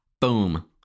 Boom